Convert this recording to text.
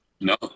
No